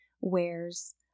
wears